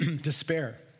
Despair